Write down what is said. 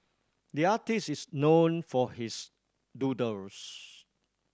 the artist is known for his doodles